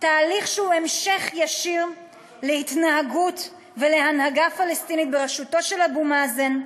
תהליך שהוא המשך ישיר להתנהגות ולהנהגה פלסטינית בראשותו של אבו מאזן,